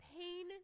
pain